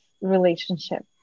relationship